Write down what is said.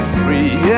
free